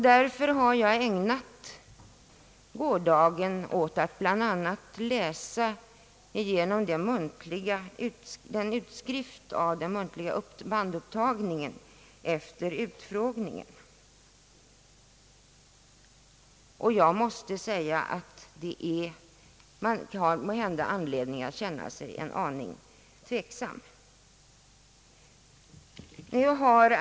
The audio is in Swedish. Därför ägnade jag gårdagen bl.a. åt att läsa igenom en utskrift av den bandupptagning som gjordes under utfrågningen. Jag måste säga att det finns anledning att känna sig en aning tveksam.